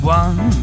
one